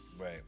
right